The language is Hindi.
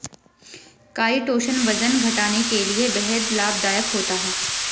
काइटोसन वजन घटाने के लिए बेहद लाभदायक होता है